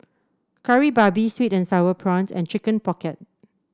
Kari Babi sweet and sour prawns and Chicken Pocket